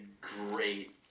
great